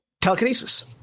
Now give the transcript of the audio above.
telekinesis